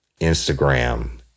Instagram